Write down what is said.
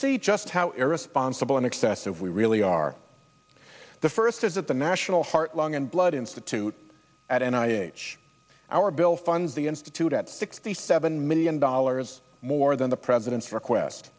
see just how irresponsible and excessive we really are the first is at the national heart lung and blood institute at an i h our bill fund the institute at sixty seven million dollars more than the president's request